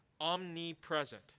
omnipresent